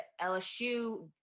LSU